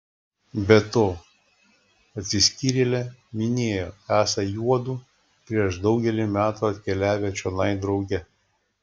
be to atsiskyrėlė minėjo esą juodu prieš daugelį metų atkeliavę čionai drauge